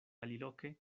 aliloke